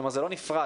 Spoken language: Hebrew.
זה לא נפרד.